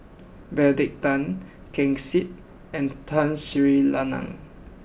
Benedict Tan Ken Seet and Tun Sri Lanang